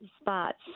spots